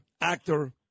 actor